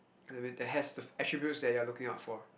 and has attributes that you are like looking out for